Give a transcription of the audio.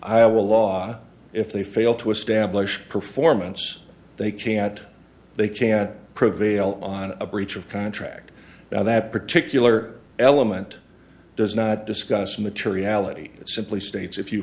iowa law if they fail to establish performance they can't they can't prevail on a breach of contract now that particular element does not discuss materiality simply states if you